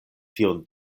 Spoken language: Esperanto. tion